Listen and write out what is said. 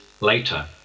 later